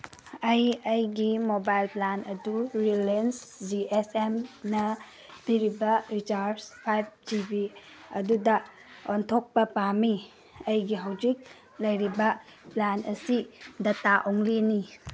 ꯑꯩ ꯑꯩꯒꯤ mobile plan ꯑꯗꯨ ꯔꯤꯂꯦꯟꯁ ꯖꯤ ꯑꯦꯁ ꯑꯦꯝꯅ ꯄꯤꯔꯤꯕ ꯔꯤꯆꯥꯔꯖ ꯐꯥꯏꯚ ꯖꯤ ꯕꯤ ꯑꯗꯨꯗ ꯑꯣꯟꯊꯣꯛꯄ ꯄꯥꯝꯃꯤ ꯑꯩꯒꯤ ꯍꯧꯖꯤꯛ ꯂꯩꯔꯤꯕ ꯄ꯭ꯂꯥꯟ ꯑꯁꯤ ꯗꯇꯥ ꯑꯣꯡꯂꯤꯅꯤ